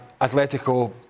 Atletico